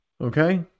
Okay